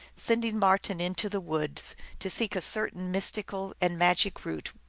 sending marten into the woods to seek a certain mystical and magic root,